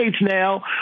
now